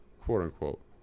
quote-unquote